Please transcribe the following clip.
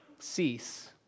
cease